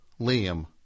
Liam